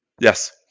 Yes